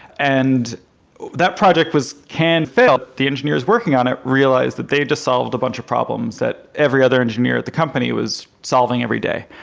and that project can fail. the engineers working on it realized that they just solved a bunch of problems that every other engineer at the company was solving every day.